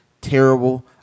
terrible